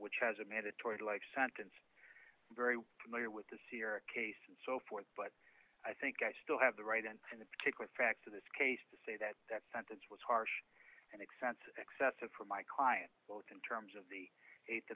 which has a mandatory life sentence very familiar with the sierra case and so forth but i think i still have the right in the particular facts of this case to say that that sentence was harsh and expensive excessive for my client both in terms of the